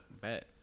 bet